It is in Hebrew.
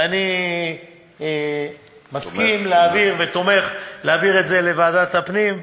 ואני מסכים להעביר, ותומך בהעברה לוועדת הפנים.